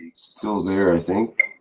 still there i think,